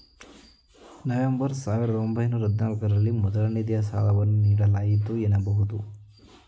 November ಸಾವಿರದ ಒಂಬೈನೂರ ಹದಿನಾಲ್ಕು ರಲ್ಲಿ ಮೊದಲ ನಿಧಿಯ ಸಾಲವನ್ನು ನೀಡಲಾಯಿತು ಎನ್ನಬಹುದು